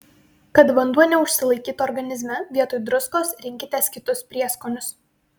kad vanduo neužsilaikytų organizme vietoj druskos rinkitės kitus prieskonius